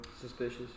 suspicious